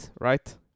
right